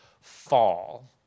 Fall